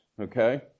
okay